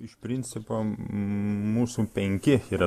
iš principo mūsų penki yra